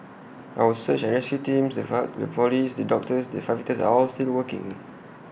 our search and rescue teams the Police doctors the firefighters are all still working